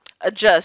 adjust